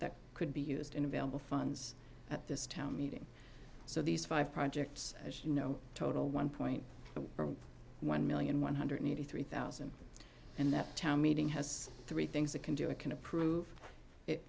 that could be used in available funds at this town meeting so these five projects as you know total one point one million one hundred eighty three thousand and that town meeting has three things it can do it can approve it